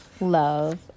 love